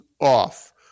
off